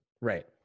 Right